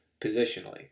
positionally